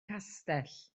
castell